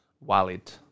valid